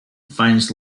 finds